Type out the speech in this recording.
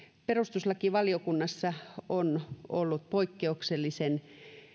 perustuslakivaliokunnassa on ollut poikkeuksellisen